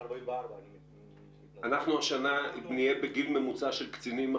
--- אנחנו השנה נהיה בגיל ממוצע 43 של קצינים?